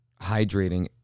hydrating